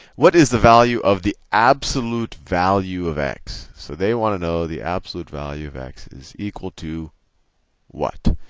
what is the value of the absolute value of x? so they want to know the absolute value of x is equal to what?